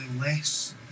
less